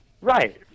Right